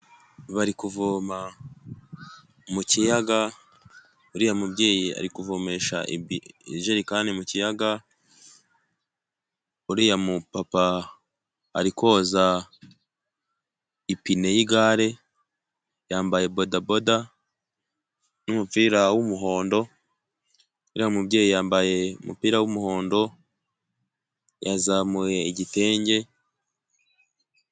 Bari kuvoma mu kiyaga, uriya mubyeyi ari kuvomesha ijerikani mu kiyaga, uriya mu papa ari koza ipine y'igare yambaye bodaboda n'umupira w'umuhondo, uriya mubyeyi yambaye umupira w'umuhondo yazamuye igitenge.